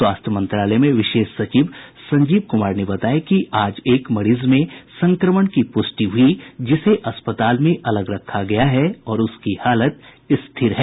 स्वास्थ्य मंत्रालय में विशेष सचिव संजीव कुमार ने बताया कि आज एक मरीज में संक्रमण की पुष्टि हुई जिसे अस्पताल में अलग रखा गया है और उसकी हालत स्थिर है